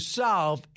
solve